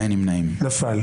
הצבעה